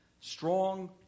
Strong